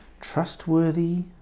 trustworthy